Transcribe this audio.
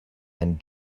and